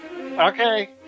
Okay